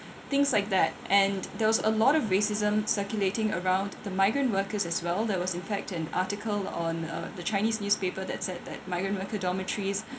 things like that and there was a lot of racism circulating around the migrant workers as well there was in fact an article on uh the chinese newspaper that said that migrant worker dormitories